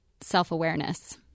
self-awareness